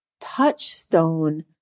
touchstone